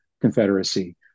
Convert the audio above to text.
Confederacy